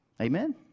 Amen